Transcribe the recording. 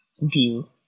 view